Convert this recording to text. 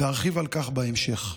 וארחיב על כך בהמשך.